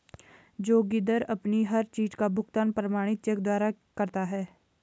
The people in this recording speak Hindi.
जोगिंदर अपनी हर चीज का भुगतान प्रमाणित चेक द्वारा करता है